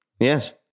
Yes